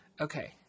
okay